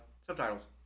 subtitles